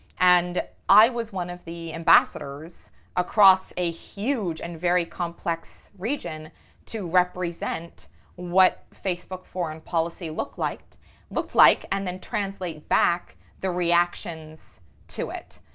and i was one of the ambassadors across a huge and very complex region to represent what facebook foreign policy looked like looked like and then translate back the reactions to it.